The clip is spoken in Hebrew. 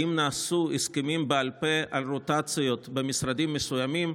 האם נעשו הסכמים בעל פה על רוטציות במשרדים מסוימים,